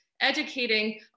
educating